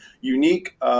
unique